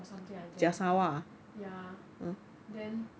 or something like that ya then